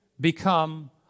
become